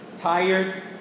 Tired